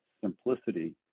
simplicity